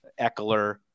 Eckler